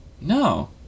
No